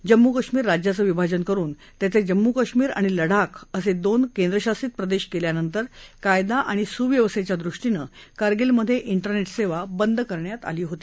जम्मू कश्मीर राज्याचे विभाजन करुन त्याचे जम्मू कश्मीर आणि लडाख असे दोन केंद्रशासित प्रदेश केल्यानंतर कायदा आणि सुव्यवस्थेच्या दृष्पीनं कारगिलमधे इं रने सेवा बंद करण्यात आली होती